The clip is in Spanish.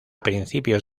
principios